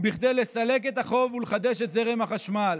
כדי לסלק את החוב ולחדש את זרם החשמל.